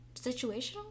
Situational